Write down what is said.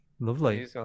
lovely